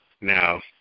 Now